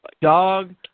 Dog